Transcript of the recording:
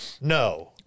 No